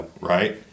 right